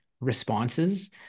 responses